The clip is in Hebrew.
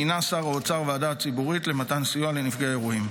מינה שר האוצר ועדה ציבורית למתן סיוע לנפגעי האירועים.